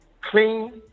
clean